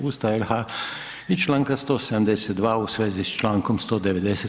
Ustava RH i Članka 172. u svezi s Člankom 190.